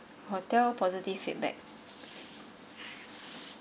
hotel positive feedback